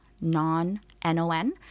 non-non